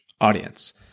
audience